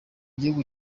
gihugu